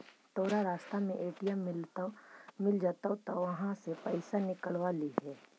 तोरा रास्ता में ए.टी.एम मिलऽ जतउ त उहाँ से पइसा निकलव लिहे